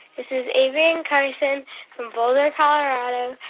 this is avery and carson from boulder, colo.